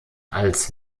als